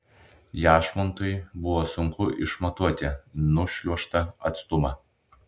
jašmontui buvo sunku išmatuoti nušliuožtą atstumą